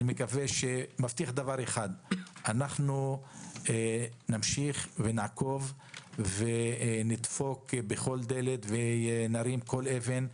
אני מבטיח שאנחנו נמשיך ונעקוב ונדפוק בכל דלת ונרים כל אבן.